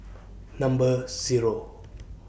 Number Zero